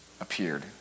appeared